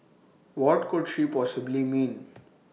what could she possibly mean